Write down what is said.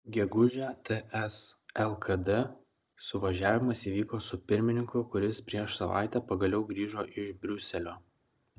gegužę ts lkd suvažiavimas įvyko su pirmininku kuris prieš savaitę pagaliau grįžo iš briuselio